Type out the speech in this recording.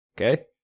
Okay